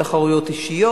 בתחרויות אישיות.